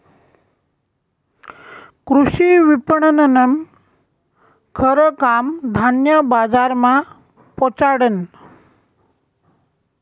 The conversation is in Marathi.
कृषी विपणननं खरं काम धान्य बजारमा पोचाडनं